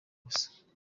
gusa